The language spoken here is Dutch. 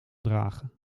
dragen